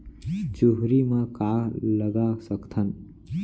चुहरी म का लगा सकथन?